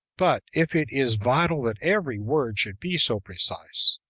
but, if it is vital that every word should be so precise,